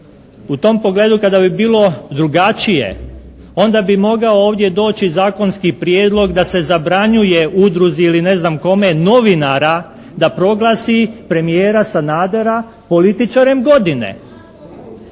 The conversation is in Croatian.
u tom pogledu kada bi bilo drugačije onda bi mogao ovdje doći zakonski prijedlog da se zabranjuje udruzi ili ne znam kome novinara da proglasi premijera Sanadera političarem godine.